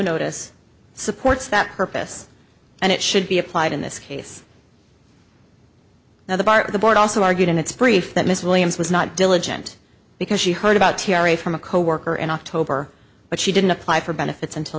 notice supports that purpose and it should be applied in this case now the bar the board also argued in its brief that miss williams was not diligent because she heard about terri from a coworker in october but she didn't apply for benefits until